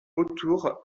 autour